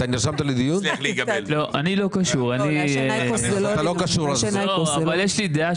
אני לא קשור אבל יש לי דעה.